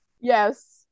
Yes